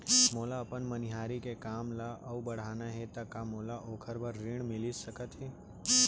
मोला अपन मनिहारी के काम ला अऊ बढ़ाना हे त का मोला ओखर बर ऋण मिलिस सकत हे?